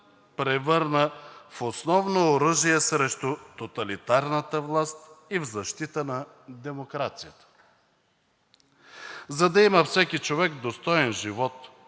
превърна в основно оръжие срещу тоталитарната власт и в защита на демокрацията. За да има всеки човек достоен живот,